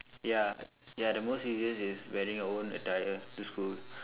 ya ya the most easiest is wearing your own attire to school